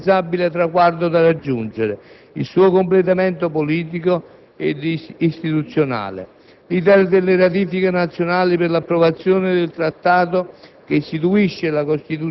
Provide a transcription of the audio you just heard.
ha però un altro indispensabile traguardo da raggiungere: il suo completamento politico ed istituzionale. L'*iter* delle ratifiche nazionali per l'esecuzione del Trattato